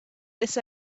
this